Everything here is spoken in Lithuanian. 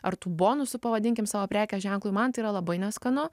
ar tų bonusų pavadinkim savo prekės ženklu man yra labai neskanu